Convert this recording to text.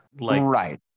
Right